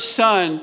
son